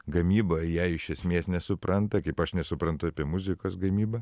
gamybą jie iš esmės nesupranta kaip aš nesuprantu apie muzikos gamybą